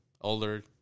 older